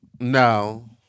No